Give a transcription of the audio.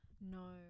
No